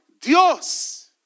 Dios